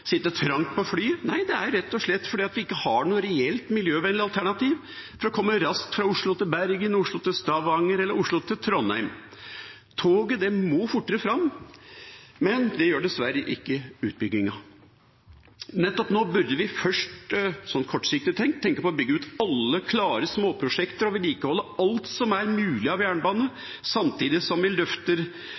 trangt på flyet. Nei, det er rett og slett fordi vi ikke har noe reelt, miljøvennlig alternativ for å komme raskt fra Oslo til Bergen, Oslo til Stavanger eller Oslo til Trondheim. Toget må fortere fram, men det gjør dessverre ikke utbyggingen. Nettopp nå burde vi først, sånn kortsiktig tenkt, tenke på å bygge ut alle klare småprosjekter og vedlikeholde alt som er mulig av jernbane, samtidig som vi løfter